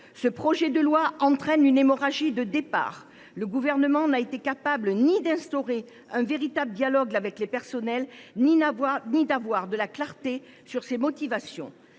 ce projet de loi entraîne une hémorragie de départs. Le Gouvernement n’a été capable ni d’instaurer un véritable dialogue avec les personnels ni de faire preuve d’une certaine clarté sur ses motivations.